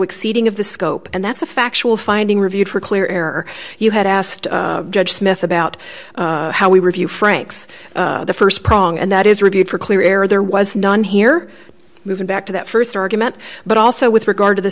exceeding of the scope and that's a factual finding reviewed for clear error you had asked judge smith about how we review franks the st prong and that is reviewed for clear air there was none here moving back to that st argument but also with regard to the